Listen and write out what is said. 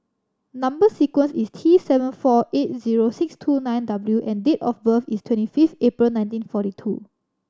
number sequence is T seven four eight zero six two nine W and date of birth is twenty fifth April nineteen forty two